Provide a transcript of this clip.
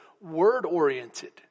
word-oriented